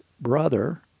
brother